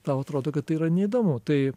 tau atrodo kad tai yra neįdomu tai